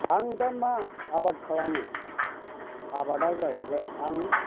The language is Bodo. आं दा मा आबाद खालामो आबादा जाहैबाय आं